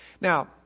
Now